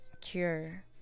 cure